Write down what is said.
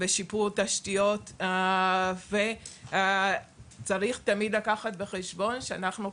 בשיפור תשתיות וצריך תמיד לקחת בחשבון שאנחנו,